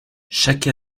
chaque